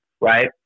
right